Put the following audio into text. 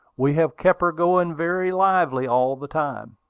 we have kept her going very lively all the time.